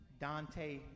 dante